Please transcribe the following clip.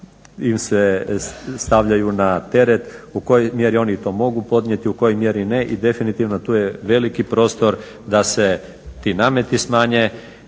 im se stavljaju na teret, u kojoj mjeri oni to mogu podnijeti, u kojoj mjeri ne. I definitivno tu je veliki prostor da se ti nameti smanje.